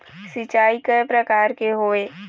सिचाई कय प्रकार के होये?